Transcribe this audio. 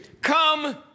come